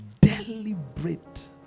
deliberate